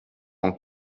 amb